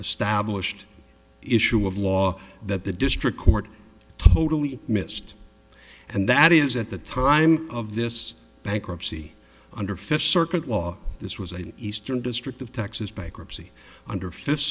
established issue of law that the district court totally missed and that is at the time of this bankruptcy under fifth circuit law this was an eastern district of texas bankruptcy under fi